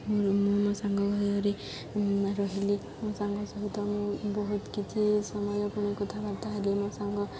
ମୁଁ ମୋ ସାଙ୍ଗ ଘରେ ରହିଲି ମୋ ସାଙ୍ଗ ସହିତ ମୁଁ ବହୁତ କିଛି ସମୟ ପୁଣି କଥାବାର୍ତ୍ତା ହେଲି ମୋ ସାଙ୍ଗ